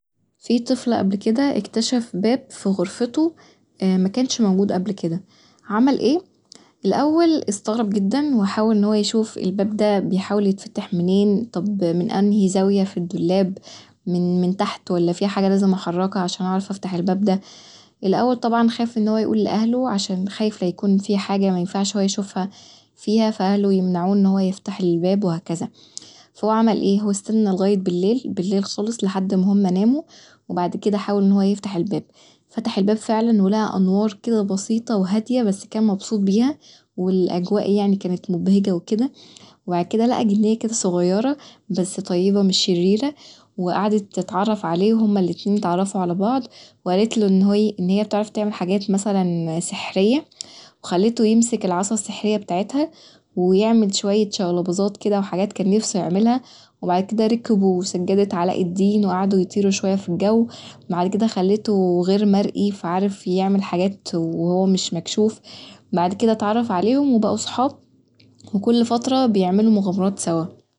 فيه طفل قبل كدا اكتشف باب في غرفته مكانش موجود قبل كدا، عمل إيه؟ الأول استغرب جدا وحاول انه يشوف الباب دا طب بيتفتح منين من أنهي زاويه في الدولاب، من تحت ولا فيه حاجه لازم احركها عشان اعرف افتح الباب دا الأول طبعا خاف ان هو يقول لأهله عشان خايف ليكون فيه حاجه هو مينفعش يشوفها فيها فأهله يمنعوه ان هو يفتح الباب وهكذا فهو عمل ايه؟ هو استني لغاية بليل خالص لحد ما هما ناموا بعد كدا حاول ان هو يفتح الباب، فتح الباب فعلا ولقي انوار كدا بسيطه وهاديه بس كان مبسوط بيها والأجواء يعني كانت مبهجه وكدا وبعد كدا لقي كدا جنية صغيرة بس طيبه مش شريرة قعدت تتعرف عليه، هما الأتنين اتعرفوا علي بعض وقالتله ان هي بتعرف تعمل حاجات مثلا سحرية وخلته يمسك العصا السحرية بتاعتها ويعمل شوية شقلبظات كدا وحاجات كان نفسه يعملها وبعد كدا ركبوا سجادة علاء الدين وقعدوا يطيروا شوية في الجو، بعد كدا خلته غير مرئي فعرف يعمل حاجات وهو مش مكشوف، بعد كدا اتعرف عليهم وبقوا اصحاب وكل فترة بيعملوا مغامرات سوا.